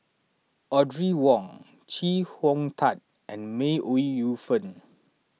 Audrey Wong Chee Hong Tat and May Ooi Yu Fen